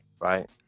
right